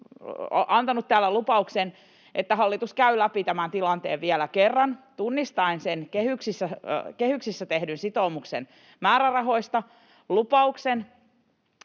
antanut täällä lupauksen, että hallitus käy läpi tämän tilanteen vielä kerran tunnistaen sen kehyksissä tehdyn sitoumuksen määrärahoista, lupauksen